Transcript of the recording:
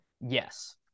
Yes